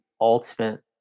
ultimate